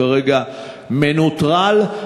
כפי שנקרא,